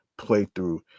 playthrough